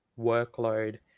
workload